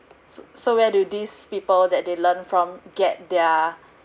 s~ so where do these people that they learn from get their